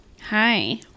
Hi